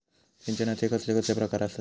सिंचनाचे कसले कसले प्रकार आसत?